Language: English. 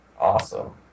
Awesome